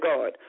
God